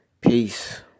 Peace